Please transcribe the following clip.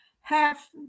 half